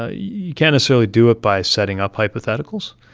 ah you can't necessarily do it by setting up hypotheticals,